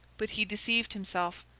but he deceived himself.